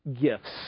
gifts